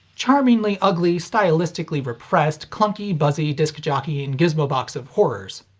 charmingly ugly, stylistically repressed clunky buzzy disc jockeying gizmo box of horrors.